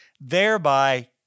thereby